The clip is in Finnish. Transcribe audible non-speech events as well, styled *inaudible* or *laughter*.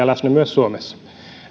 *unintelligible* läsnä myös suomessa